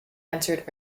answered